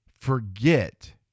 forget